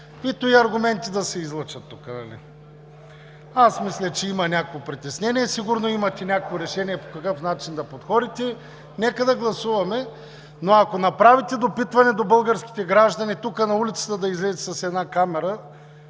и аргументи да се излъчат тук, аз мисля, че има някакво притеснение, сигурно имате и някакво решение по какъв начин да подходите. Нека да гласуваме. Но, ако направите допитване до българските граждани – на улицата тук да излезете с една камера,